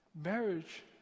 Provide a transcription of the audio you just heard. marriage